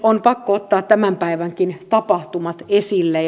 on pakko ottaa tämän päivänkin tapahtumat esille